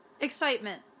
Excitement